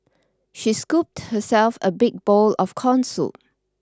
she scooped herself a big bowl of corn soup